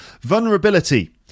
Vulnerability